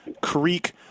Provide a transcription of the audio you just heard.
creek